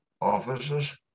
offices